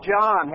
John